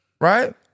Right